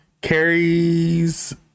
Carrie's